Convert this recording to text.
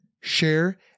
share